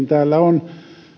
täällä on